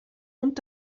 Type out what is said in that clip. und